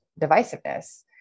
divisiveness